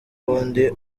w’undi